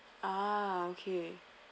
ah okay